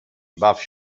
baw